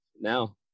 now